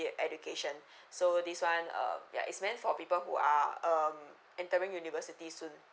education so this one uh ya it's meant for people who are um entering university soon